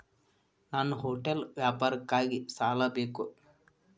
ನನ್ನ ಹೋಟೆಲ್ ವ್ಯಾಪಾರಕ್ಕಾಗಿ ಸಾಲ ಬೇಕು